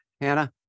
Hannah